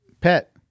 pet